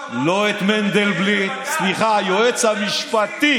לא את מנדלבליט, יש לך שר שאמר לא לציית לבג"ץ.